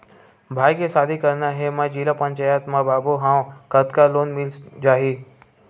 भाई के शादी करना हे मैं जिला पंचायत मा बाबू हाव कतका लोन मिल जाही?